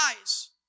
eyes